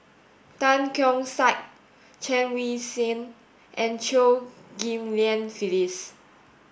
Tan Keong Saik Chen Wen Hsi and Chew Ghim Lian Phyllis